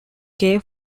kay